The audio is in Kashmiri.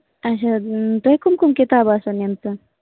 اچھا تۄہہِ کٕم کٕم کِتابہٕ آسوٕ نِمژٕ